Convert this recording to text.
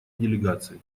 делегации